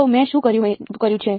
તો મેં શું કર્યું છે